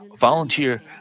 volunteer